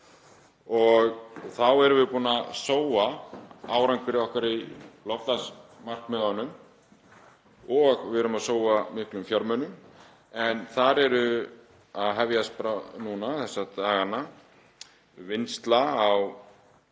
Þá erum við búin að sóa árangri okkar í loftslagsmarkmiðunum og við erum að sóa miklum fjármunum, en þar er að hefjast þessa dagana vinnsla